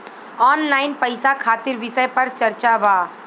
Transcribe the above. Online पैसा खातिर विषय पर चर्चा वा?